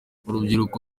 urubyiruko